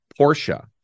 Porsche